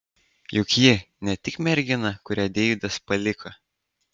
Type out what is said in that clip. juk ji ne tik mergina kurią deividas paliko